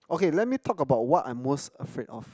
okay let me talk about what I most afraid of